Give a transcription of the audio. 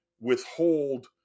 withhold